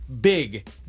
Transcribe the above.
big